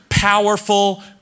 Powerful